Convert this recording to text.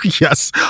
Yes